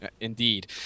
Indeed